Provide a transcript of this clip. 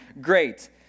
great